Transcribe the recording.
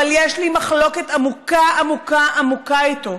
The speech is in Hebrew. אבל יש לי מחלוקת עמוקה עמוקה עמוקה איתו.